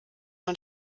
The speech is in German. man